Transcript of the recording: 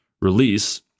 release